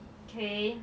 okay